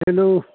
hello